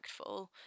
impactful